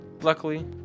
Luckily